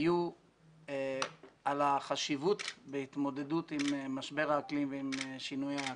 הייתה לגבי החשיבות בהתמודדות עם משבר האקלים ושינוי האקלים.